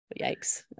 yikes